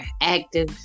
active